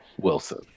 Wilson